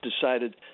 decided